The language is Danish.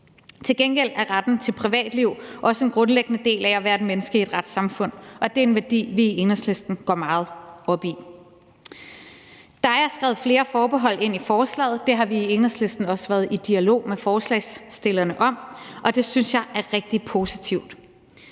Til gengæld er retten til privatliv også en grundlæggende del af at være et menneske i et retssamfund, og det er en værdi, vi i Enhedslisten går meget op i. Der er skrevet flere forbehold ind i forslaget. Det har vi i Enhedslisten også været i dialog med forslagsstillerne om, og det synes jeg er rigtig positivt.